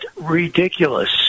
ridiculous